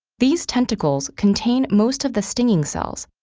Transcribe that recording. these tentacles contain most of the stinging cells,